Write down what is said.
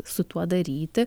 su tuo daryti